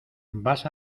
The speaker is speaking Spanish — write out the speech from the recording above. vas